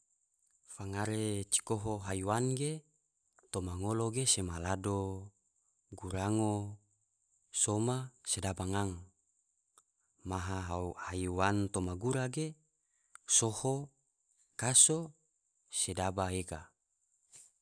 Fangare cikoho haiwan ge toma ngolo ge sema lado, gurango, soma, sedaba ngang maha haiwan toma gura ge soho, kaso, sedaba ega.